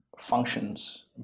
Functions